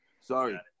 Sorry